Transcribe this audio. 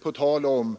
På tal om